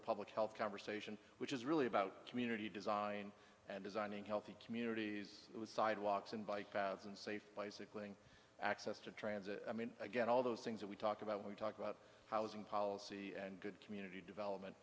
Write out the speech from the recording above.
the public health conversation which is really about community design and designing healthy communities sidewalks and bike paths and safe bicycling access to transit i mean again all those things that we talk about we talk about housing policy and community development